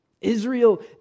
Israel